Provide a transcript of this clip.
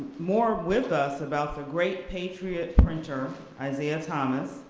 more with us about the great patriot printer, isaiah thomas,